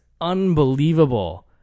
unbelievable